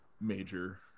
major